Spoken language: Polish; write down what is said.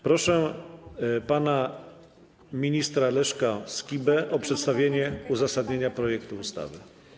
Proszę pana ministra Leszka Skibę o przedstawienie uzasadnienia projektu ustawy.